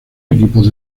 equipos